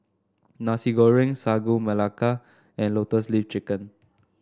Nasi Goreng Sagu Melaka and Lotus Leaf Chicken